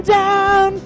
down